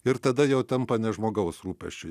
ir tada jau tampa ne žmogaus rūpesčiu